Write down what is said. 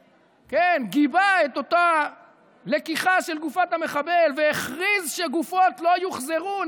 גיבה את אותה לקיחה של גופת המחבל והכריז שגופות לא יוחזרו.